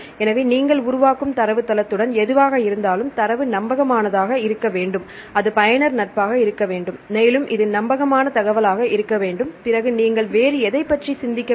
எனவே நீங்கள் உருவாக்கும் தரவுத்தளத்துடன் எதுவாக இருந்தாலும் தரவு நம்பகமானதாக இருக்க வேண்டும் அது பயனர் நட்பாக இருக்க வேண்டும் மேலும் இது நம்பகமான தகவலாக இருக்க வேண்டும் பிறகு நீங்கள் வேறு எதைப் பற்றி சிந்திக்க வேண்டும்